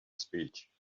speech